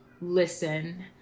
listen